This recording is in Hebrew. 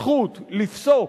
זכות לפסוק,